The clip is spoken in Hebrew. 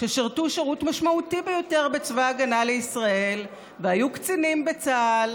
ששירתו שירות משמעותי ביותר בצבא ההגנה לישראל והיו קצינים בצה"ל